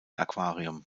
aquarium